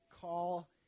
call